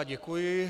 Děkuji.